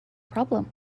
problem